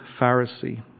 Pharisee